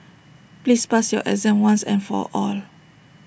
please pass your exam once and for all